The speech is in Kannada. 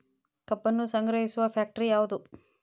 ಕಬ್ಬನ್ನು ಸಂಗ್ರಹಿಸುವ ಫ್ಯಾಕ್ಟರಿ ಯಾವದು?